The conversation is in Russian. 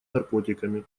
наркотиками